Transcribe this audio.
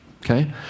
Okay